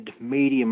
medium